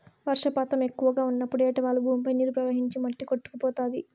వర్షపాతం ఎక్కువగా ఉన్నప్పుడు ఏటవాలు భూమిపై నీరు ప్రవహించి మట్టి కొట్టుకుపోతాది